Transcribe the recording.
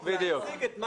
צודקת.